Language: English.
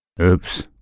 Oops